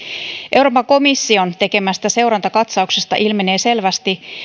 euroopan komission tekemästä seurantakatsauksesta ilmenee selvästi